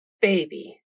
Baby